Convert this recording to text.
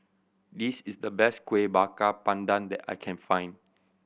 this is the best Kuih Bakar Pandan that I can find